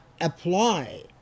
apply